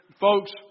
Folks